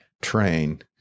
train